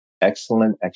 excellent